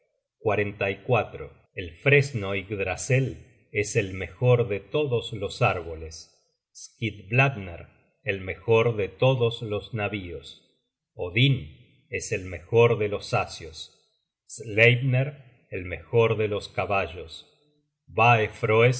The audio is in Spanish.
hijo nid el fresno yggdrasel es el mejor de todos los árboles skidbladner el mejor de todos los navíos odin es el mejor de los asios sleipner el mejor de los caballos